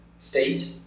state